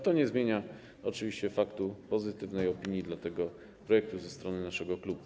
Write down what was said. To nie zmienia oczywiście faktu pozytywnej opinii o tym projekcie ze strony naszego klubu.